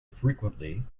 frequently